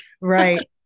Right